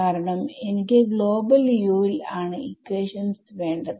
കാരണം എനിക്ക് global Us ൽ ആണ് ഇക്വേഷൻസ് വേണ്ടത്